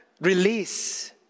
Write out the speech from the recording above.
release